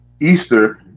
Easter